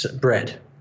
bread